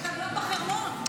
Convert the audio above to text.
התצפיתניות בחרמון.